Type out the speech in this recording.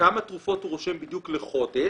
כמה תרופות הוא רושם בדיוק לחודש,